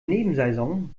nebensaison